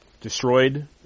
destroyed